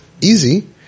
easy